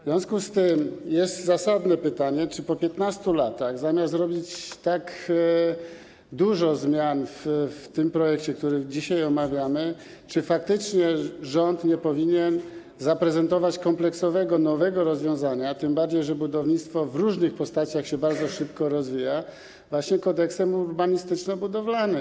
W związku z tym jest zasadne pytanie, czy po 15 latach zamiast robić tak dużo zmian w tym projekcie, który dzisiaj omawiamy, czy faktycznie rząd nie powinien zaprezentować kompleksowego nowego rozwiązania, tym bardziej że budownictwo w różnych postaciach się bardzo szybko rozwija, chodzi właśnie o Kodeks urbanistyczno-budowlany.